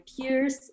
peers